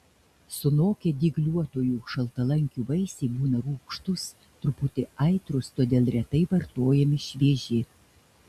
sunokę dygliuotųjų šaltalankių vaisiai būna rūgštūs truputį aitrūs todėl retai vartojami švieži